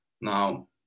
Now